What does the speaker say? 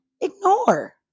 Ignore